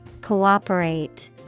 Cooperate